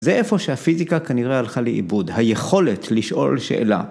זה איפה שהפיזיקה כנראה הלכה לאיבוד, היכולת לשאול שאלה.